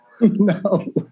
No